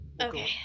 Okay